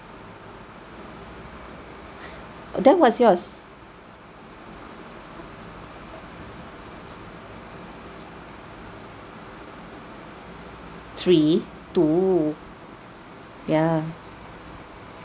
then what's yours three two ya